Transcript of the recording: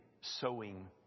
sowing